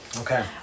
Okay